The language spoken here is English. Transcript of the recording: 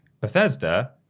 Bethesda